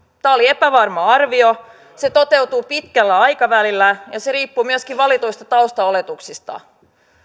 tämä oli epävarma arvio se toteutuu pitkällä aikavälillä ja se riippuu myöskin valituista taustaoletuksista